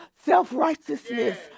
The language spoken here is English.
self-righteousness